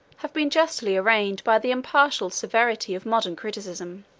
have been justly arraigned by the impartial severity of modern criticism.